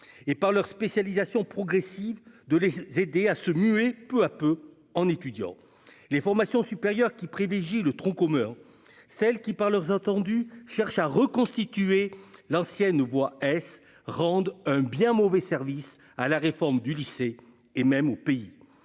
et, par leur spécialisation progressive, de les aider à se muer peu à peu en étudiants. Les formations supérieures qui privilégient le tronc commun, celles qui, par leurs attendus, cherchent à reconstituer l'ancienne voie S, rendent un bien mauvais service à la réforme du lycée, et même au pays.